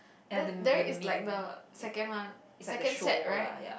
then there is like the second one second set right